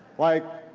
like,